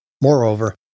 Moreover